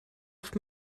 oft